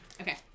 Okay